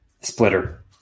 splitter